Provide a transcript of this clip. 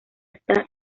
está